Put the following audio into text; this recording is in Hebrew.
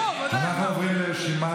בואו תעלו לישראל,